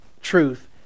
truth